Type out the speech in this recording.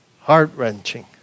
Heart-wrenching